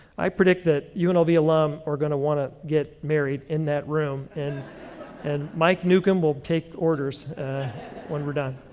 i predict that you know unlv alum are going to want to get married in that room, and and mike nukum will take orders when we're done.